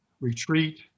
retreat